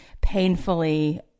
painfully